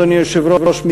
אדוני היושב-ראש,